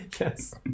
Yes